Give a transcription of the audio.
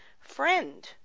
friend